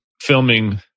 filming